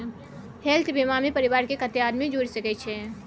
Health बीमा मे परिवार के कत्ते आदमी जुर सके छै?